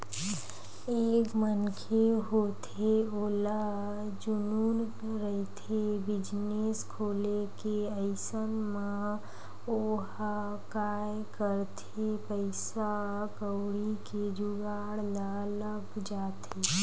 एक मनखे होथे ओला जनुन रहिथे बिजनेस खोले के अइसन म ओहा काय करथे पइसा कउड़ी के जुगाड़ म लग जाथे